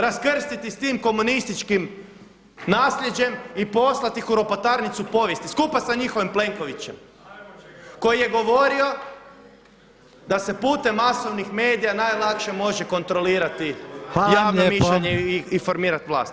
Raskrstiti s tim komunističkim naslijeđem i poslati ih u ropotarnicu povijesti skupa sa njihovim Plenkovićem koji je govorio da se putem masovnih medija najlakše može kontrolirati [[Upadica Reiner: Hvala lijepo.]] javno mišljenje i formirat vlast.